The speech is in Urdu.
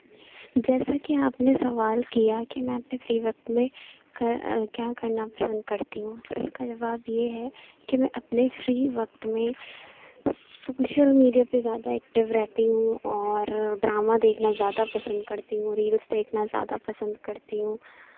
جیسا کہ آپ نے سوال کیا کہ میں اپنے فری وقت میں کیا کرنا پسند کرتی ہوں تو اس کا جواب یہ ہے کہ میں اپنے فری وقت میں سوشل میڈیا پہ زیادہ ایکٹیو رہتی ہوں اور ڈرامہ دیکھنا زیادہ پسند کرتی ہوں ریلس دیکھنا زیادہ پسند کرتی ہوں